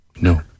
No